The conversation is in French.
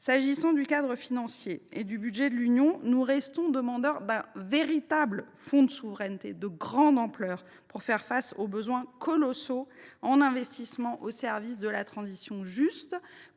S’agissant du cadre financier et du budget de l’Union, nous restons demandeurs d’un véritable fonds de souveraineté de grande ampleur pour faire face aux besoins colossaux en investissement au service de la transition juste.